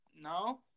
no